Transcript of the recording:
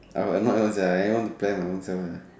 I'm I'm not sia I want to plan my own self ah